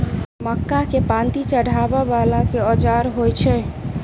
मक्का केँ पांति चढ़ाबा वला केँ औजार होइ छैय?